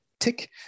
Tick